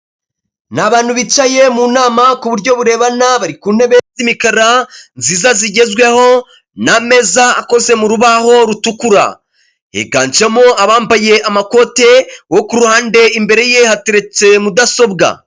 Ni abantu bicaye mu nama ku buryo burebana, bari ku ntebe z'imikara nziza zigezweho n'ameza akoze mu rubaho rutukura, higanjemo abambaye amakote uwo ku ruhande, imbere ye hateretse mudasobwa.